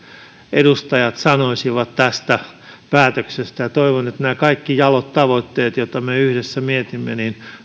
edustajat sanoisivat tästä päätöksestä toivon että nämä kaikki jalot tavoitteet joita me yhdessä mietimme